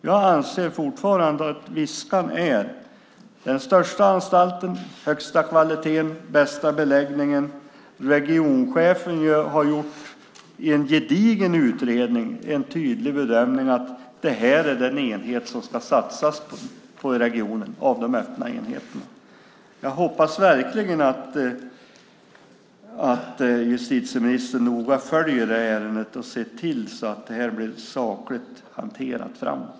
Jag anser fortfarande att Viskan är den största anstalten med den högsta kvaliteten och den bästa beläggningen. Regionchefen har gjort en gedigen utredning och en tydlig bedömning av att detta är den enhet som man ska satsa på i regionen bland de öppna enheterna. Jag hoppas verkligen att justitieministern noga följer ärendet och ser till att det blir sakligt hanterat framöver.